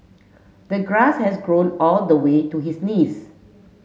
the grass has grown all the way to his knees